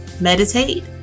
Meditate